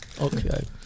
Okay